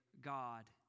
God